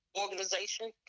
organization